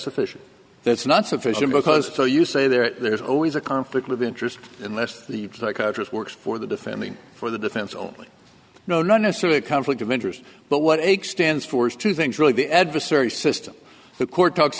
sufficient that's not sufficient because so you say there's always a conflict of interest in this the psychologist works for the defending for the defense only no not necessarily a conflict of interest but what aig stands for is two things really the adversary system the court talks